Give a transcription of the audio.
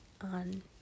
on